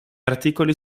articoli